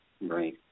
Right